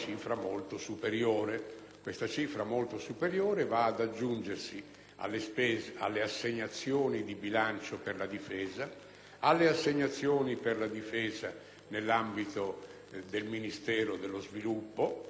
alle assegnazioni di bilancio per la Difesa ed alle assegnazioni per la Difesa nell'ambito del Ministero dello sviluppo, per cui, in sostanza, anche sul piano internazionale